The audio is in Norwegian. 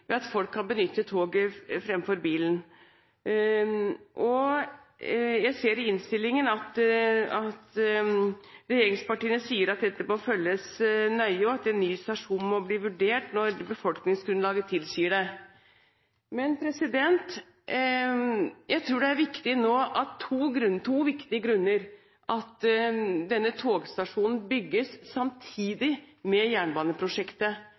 ved at folk kan benytte toget framfor bilen. Jeg ser av innstillingen at regjeringspartiene sier at dette må følges nøye, og at en ny stasjon må bli vurdert når befolkningsgrunnlaget tilsier det. Jeg tror det er viktig nå av to grunner at denne togstasjonen bygges samtidig med jernbaneprosjektet.